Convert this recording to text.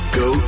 go